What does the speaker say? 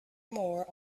more